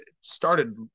started